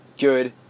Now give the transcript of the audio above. good